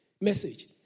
Message